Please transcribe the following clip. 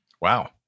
Wow